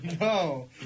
no